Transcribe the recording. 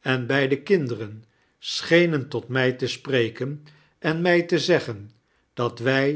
en bij de kinderen sohenen tot mij te sprekea en mij te zeggen dat wg